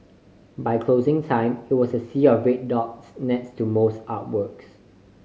by closing time it was a sea of red dots next to most artworks